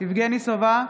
יבגני סובה,